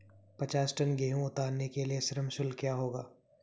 पचास टन गेहूँ उतारने के लिए श्रम शुल्क क्या होगा?